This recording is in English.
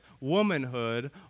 womanhood